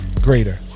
greater